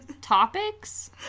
topics